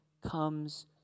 comes